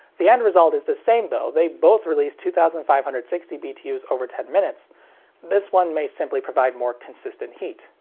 the end result is the same, though, they both release two thousand five hundred and sixty btus over ten minutes this one may simply provide more consistent heat.